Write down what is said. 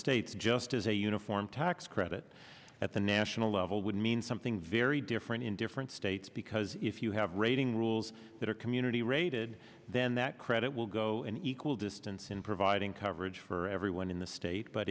states just as a uniform tax credit at the national level would mean something very different in different states because if you have rating rules that are community rated then that credit will go an equal distance in providing coverage for everyone in the state but